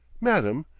madam,